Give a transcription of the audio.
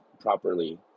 properly